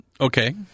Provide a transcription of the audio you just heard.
Okay